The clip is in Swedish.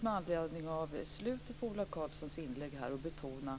Med anledning av slutet av Ola Karlssons inlägg är det viktigt att betona